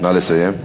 נא לסיים.